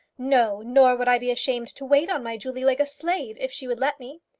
no nor would i be ashamed to wait on my julie like a slave if she would let me.